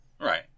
Right